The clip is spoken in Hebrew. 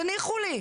תניחו לי.